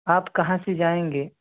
آپ کہاں سے جائیں گے